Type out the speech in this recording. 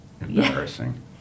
Embarrassing